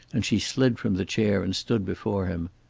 and she slid from the chair and stood before him.